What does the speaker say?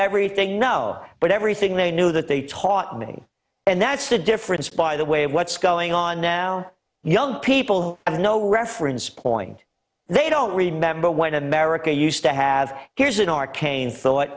everything no but everything they knew that they taught me and that's the difference by the way of what's going on now young people who have no reference point they don't remember what america used to have here's an arcane thought